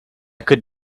could